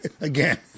again